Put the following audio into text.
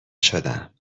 شدم